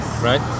right